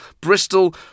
Bristol